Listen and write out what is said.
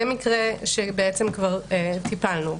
זה מקרה שכבר טיפלנו בו.